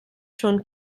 schon